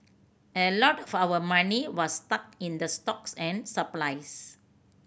a lot of our money was stuck in the stocks and supplies